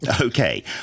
Okay